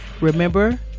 Remember